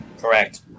Correct